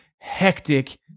hectic